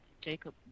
Jacob